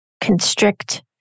constrict